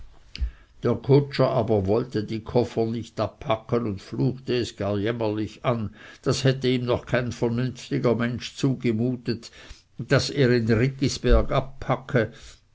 der kutscher wollte aber die koffer nicht abpacken und fluchte es gar jämmerlich an das hätte ihm noch kein vernünftiger mensch zugemutet daß er in riggisberg abpacke